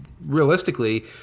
realistically